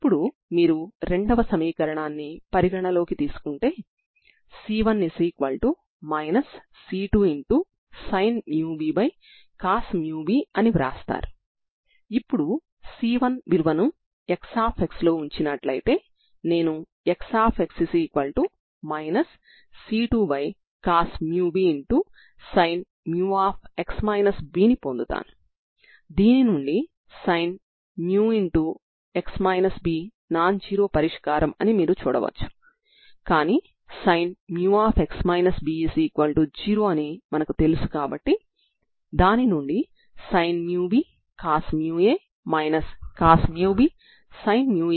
ఇప్పుడు మీరు ఇంకొక సరిహద్దు నియమం XL0 ని అప్లై చేస్తే c20 అవుతుంది